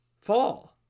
fall